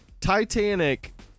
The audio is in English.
Titanic